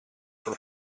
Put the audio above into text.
for